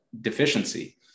deficiency